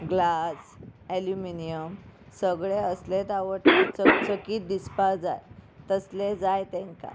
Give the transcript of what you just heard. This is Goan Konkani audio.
ग्लास एल्युमिनियम सगळे असलेत आवडटा चकचकीत दिसपा जाय तसले जाय तेंकां